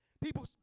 People